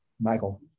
Michael